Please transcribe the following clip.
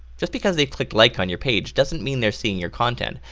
just because they click like on your page doesn't mean they're seeing your content.